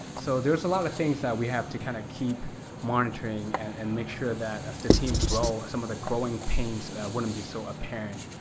so there's a lot of things that we have to kind of keep monitoring and and make sure that as the team grow, some of the growing pains wouldn't be so apparent.